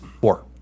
Four